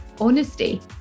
honesty